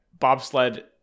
bobsled